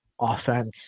offense